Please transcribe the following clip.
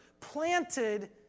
planted